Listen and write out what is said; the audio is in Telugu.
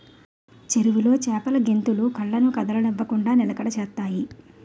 చెరువులో చేపలు గెంతులు కళ్ళను కదలనివ్వకుండ నిలకడ చేత్తాయి